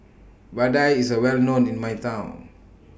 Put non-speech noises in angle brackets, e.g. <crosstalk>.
Vadai IS A Well known in My Town <noise>